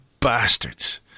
bastards